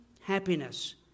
happiness